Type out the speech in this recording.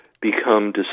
become